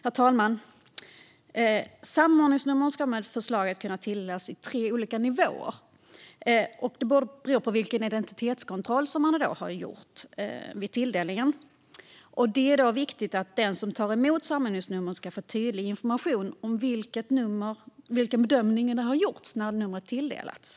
Herr talman! Samordningsnummer ska enligt förslaget kunna tilldelas i tre olika nivåer beroende på vilken identitetskontroll som har gjorts vid tilldelningen. Det är viktigt att den som tar emot samordningsnumret får tydlig information om vilken bedömning som har gjorts när numret har tilldelats.